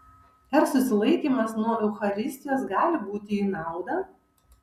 ar susilaikymas nuo eucharistijos gali būti į naudą